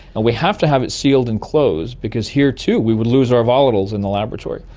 and we have to have it sealed and closed because here too we would lose our volatiles in the laboratory.